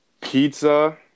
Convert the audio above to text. pizza